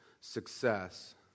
success